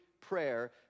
prayer